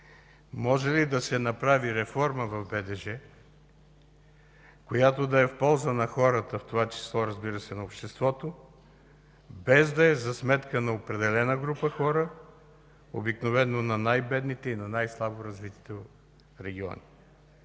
може ли да се направи реформа в БДЖ, която да е в полза на хората, в това число, разбира се, на обществото, без да е за сметка на определена група хора, обикновено на най-бедните и на най-слабо развитите региони?